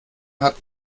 hat